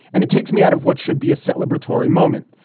and it takes me out of what should be a celebratory moment.